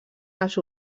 els